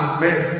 Amen